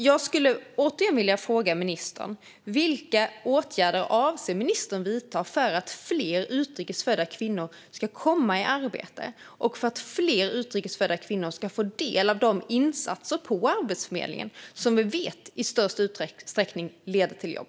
Jag vill återigen fråga ministern: Vilka åtgärder avser ministern att vidta för att fler utrikes födda kvinnor ska komma i arbete och för att fler utrikes födda kvinnor ska få del av de insatser på Arbetsförmedlingen som vi vet i störst utsträckning leder till jobb?